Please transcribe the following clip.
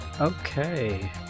Okay